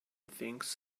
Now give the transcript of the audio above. things